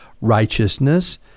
righteousness